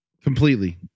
Completely